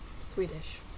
Swedish